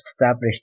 established